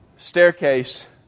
Staircase